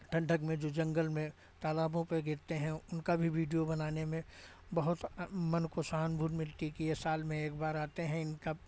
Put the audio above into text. ठंडक में जो जंगल में तालाबों पे दिखते हैं उनका भी वीडियो बनाने में बहुत मन को सहानुभूति मिलती कि ये साल में एक बार आते हैं इनका